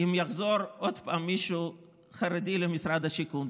אם יחזור עוד פעם מישהו חרדי למשרד השיכון,